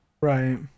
right